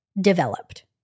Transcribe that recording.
developed